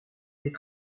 des